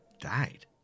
died